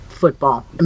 football